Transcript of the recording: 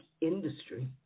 industry